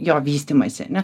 jo vystymąsi ane